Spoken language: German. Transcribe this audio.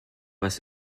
was